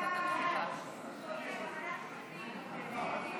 את הצעת חוק ההתיישנות